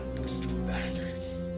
two bastards.